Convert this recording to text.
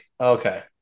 okay